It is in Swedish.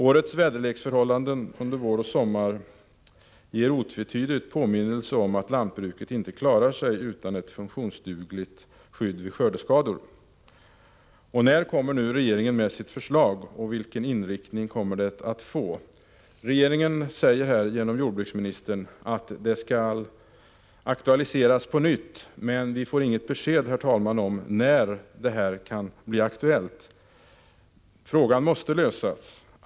Årets väderleksförhållanden under vår och sommar ger otvetydigt en påminnelse om att lantbruket inte klarar sig utan ett funktionsdugligt skydd vid skördeskador. När kommer regeringen med sitt förslag, och vilken inriktning kommer det att få? Regeringen säger genom jordbruksministern att det skall aktualiseras på nytt, men vi får inget besked om tidpunkten. Frågan måste lösas.